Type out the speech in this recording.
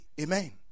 Amen